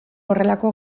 horrelako